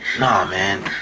no man.